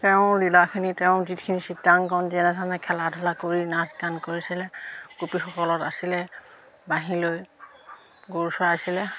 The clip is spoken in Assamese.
তেওঁৰ লীলাখিনি তেওঁৰ যিখিনি চিত্ৰাংকন যেনেধৰণে খেলা ধূলা কৰি নাচ গান কৰিছিলে গোপীসকলৰ লগত আছিলে বাঁহীলৈ গৰু চৰাই আছিলে